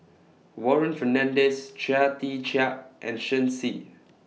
Warren Fernandez Chia Tee Chiak and Shen Xi